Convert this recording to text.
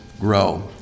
grow